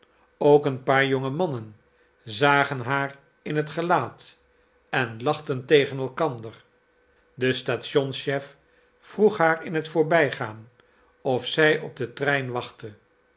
ook een paar jonge mannen zagen haar in het gelaat en lachten tegen elkander de stationschef vroeg haar in het voorbijgaan of zij op den trein wachtte